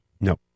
No